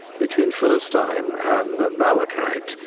between philistine and amalekite,